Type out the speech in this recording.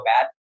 bad